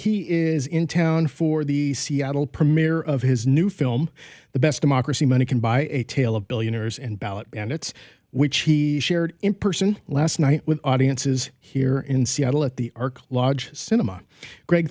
he is in town for the seattle premiere of his new film the best democracy money can buy a tale of billionaires and ballot and it's which he shared in person last night with audiences here in seattle at the ark lodge cinema greg